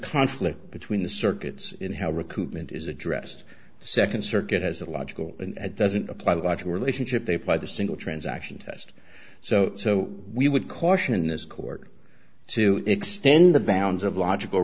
conflict between the circuits and how recruitment is addressed the nd circuit has a logical and doesn't apply logic relationship they apply the single transaction test so so we would caution this court to extend the bounds of logical